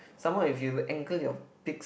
some more if you anchor your pics